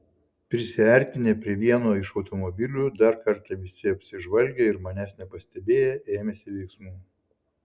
prisiartinę prie vieno iš automobilių dar kartą visi apsižvalgė ir manęs nepastebėję ėmėsi veiksmų